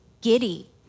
giddy